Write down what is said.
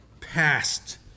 past